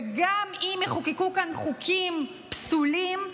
וגם אם יחוקקו כאן חוקים פסולים,